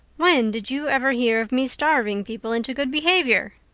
when did you ever hear of me starving people into good behavior?